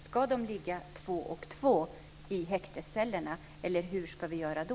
Ska de ligga två och två i häktescellerna, eller hur ska vi göra då?